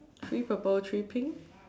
three purple three pink